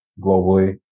globally